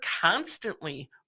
constantly